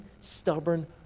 stubborn